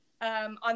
On